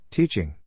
Teaching